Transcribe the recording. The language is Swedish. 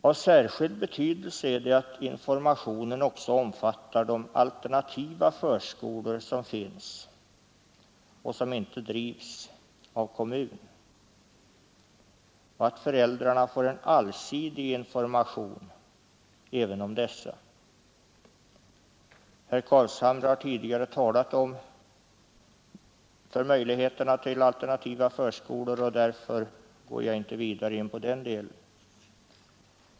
Av särskild betydelse är det att informationen också omfattar de alternativa förskolor som finns och som inte drivs av kommunen och att föräldrarna får en allsidig information även om dessa. Herr Carlshamre har tidigare talat om möjligheterna till alternativa förskolor, och därför går jag inte vidare in på den delen.